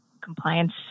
compliance